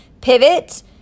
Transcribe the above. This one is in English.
Pivot